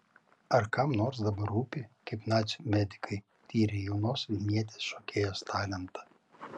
ar kam nors dabar rūpi kaip nacių medikai tyrė jaunos vilnietės šokėjos talentą